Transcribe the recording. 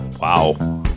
wow